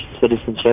citizenship